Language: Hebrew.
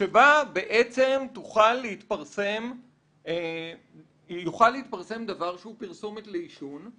שבה בעצם יוכל להתפרסם דבר אחד שהוא פרסומת לעישון,